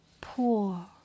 Poor